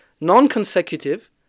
Non-consecutive